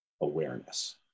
awareness